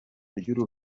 ry’uru